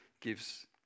gives